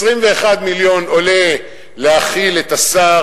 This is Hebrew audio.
21 מיליון עולה להאכיל את השר,